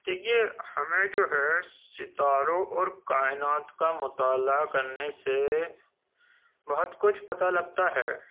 دیکھیے ہمیں جو ہے ستاروں اور کائنات کا مطالعہ کرنے سے بہت کچھ پتہ لگتا ہے